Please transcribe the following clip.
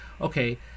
okay